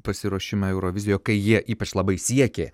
pasiruošimą eurovizijoj kai jie ypač labai siekė